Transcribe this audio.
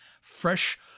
Fresh